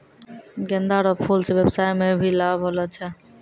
गेंदा रो फूल से व्यबसाय मे भी लाब होलो छै